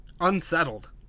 Unsettled